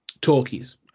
Talkies